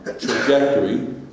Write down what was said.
trajectory